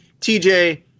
TJ